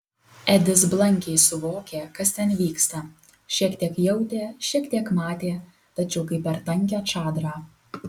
edis blankiai suvokė kas ten vyksta šiek tiek jautė šiek tiek matė tačiau kaip per tankią čadrą